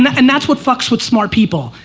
and that's what fucks with smart people,